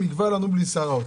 תעקוב אתנו ביחד.